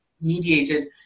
mediated